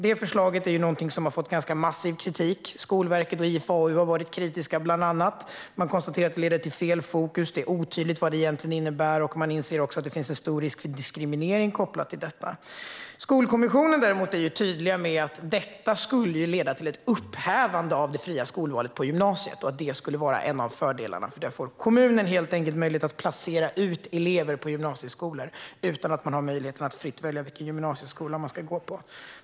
Det förslaget är någonting som har fått ganska massiv kritik bland annat av Skolverket och IFAU. Man konstaterar att det leder till fel fokus, att det är otydligt vad det egentligen innebär och man anser också att det finns en stor risk för diskriminering kopplat till detta. Skolkommissionen däremot är tydlig med att detta skulle leda till ett upphävande av det fria skolvalet på gymnasiet och att det skulle vara en av fördelarna. Då får nämligen kommunen möjlighet att placera ut elever på gymnasieskolor utan att de fritt får välja vilken gymnasieskola de ska gå på.